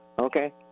Okay